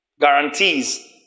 Guarantees